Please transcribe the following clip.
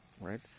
right